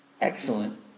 excellent